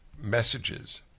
messages